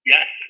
Yes